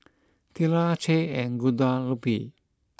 Tilla Che and Guadalupe